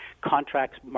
contracts